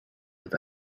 with